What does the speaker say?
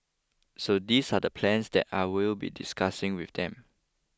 so these are the plans that I will be discussing with them